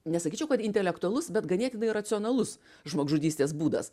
nesakyčiau kad intelektualus bet ganėtinai racionalus žmogžudystės būdas